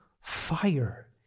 fire